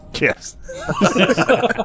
Yes